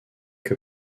que